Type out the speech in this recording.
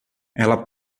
ela